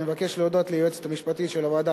אני מבקש להודות ליועצת המשפטית של הוועדה,